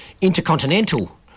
intercontinental